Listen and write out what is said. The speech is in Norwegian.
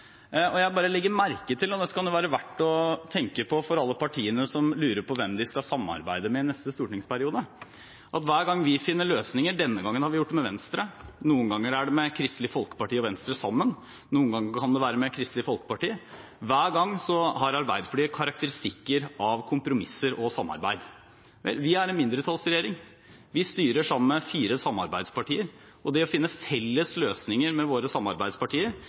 Jeg bare legger merke til – og dette kan være verdt å tenke på for alle partiene som lurer på hvem de skal samarbeide med i neste stortingsperiode – at hver gang vi finner løsninger, denne gangen har vi gjort det med Venstre, noen ganger er det med Kristelig Folkeparti og Venstre sammen, noen ganger kan det være med Kristelig Folkeparti, så har Arbeiderpartiet karakteristikker av kompromisser og samarbeid. Vi er en mindretallsregjering – vi styrer sammen, fire samarbeidspartier – og det å finne felles løsninger med våre samarbeidspartier,